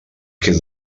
que